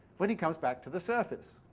when he comes back to the surface.